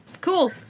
cool